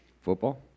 football